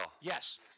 Yes